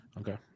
Okay